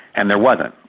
and there wasn't.